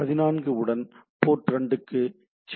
ஐ 14 உடன் போர்ட் 2 க்கு செல்லும்